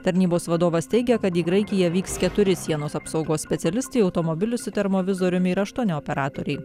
tarnybos vadovas teigia kad į graikiją vyks keturi sienos apsaugos specialistai automobilis su termovizoriumi ir aštuoni operatoriai